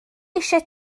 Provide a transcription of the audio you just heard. eisiau